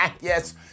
yes